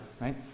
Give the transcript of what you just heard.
right